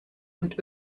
und